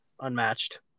unmatched